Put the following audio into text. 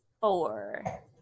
four